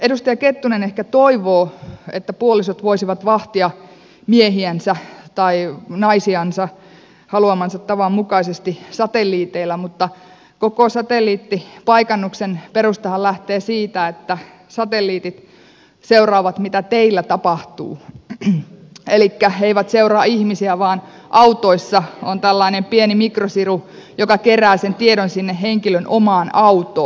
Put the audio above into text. edustaja kettunen ehkä toivoo että puolisot voisivat vahtia miehiänsä tai naisiansa haluamansa tavan mukaisesti satelliiteilla mutta koko satelliittipaikannuksen perustahan lähtee siitä että satelliitit seuraavat mitä teillä tapahtuu elikkä eivät seuraa ihmisiä vaan autoissa on tällainen pieni mikrosiru joka kerää sen tiedon sinne henkilön omaan autoon